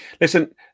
Listen